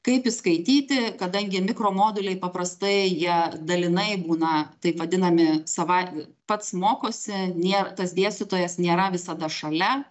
kaip įskaityti kadangi mikro moduliai paprastai jie dalinai būna taip vadinami sava pats mokosi nė tas dėstytojas nėra visada šalia